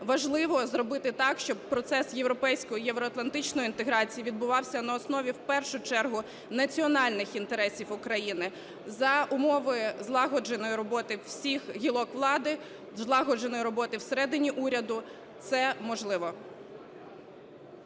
Важливо зробити так, щоб процес європейської, євроатлантичної інтеграції відбувався на основі, в першу чергу, національних інтересів України. За умови злагодженої роботи всіх гілок влади, злагодженої роботи всередині уряду це можливо.